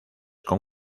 con